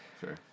Sure